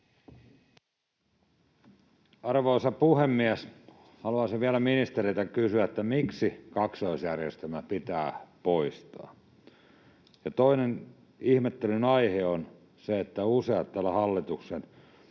Arvoisa puhemies! Haluaisin vielä ministeriltä kysyä, miksi kaksoisjärjestelmä pitää poistaa. Ja toinen ihmettelyn aihe on se, että täällä useat